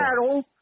battle